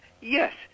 Yes